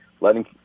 letting